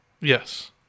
Yes